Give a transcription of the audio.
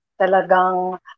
talagang